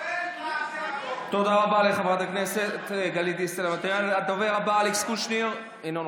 תודה רבה לחברת הכנסת גלית דיסטל אטבריאן.